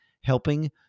helping